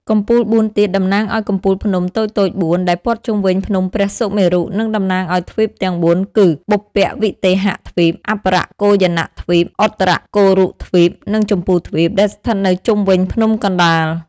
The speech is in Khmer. កំពូលបួនទៀត តំណាងឱ្យកំពូលភ្នំតូចៗបួន ដែលព័ទ្ធជុំវិញភ្នំព្រះសុមេរុ និងតំណាងឱ្យទ្វីបទាំងបួនគឺ បុព្វវិទេហៈទ្វីប អបរគោយានៈទ្វីប ឧត្តរកុរុទ្វីប និងជម្ពូទ្វីប ដែលស្ថិតនៅជុំវិញភ្នំកណ្តាល។